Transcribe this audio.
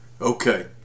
Okay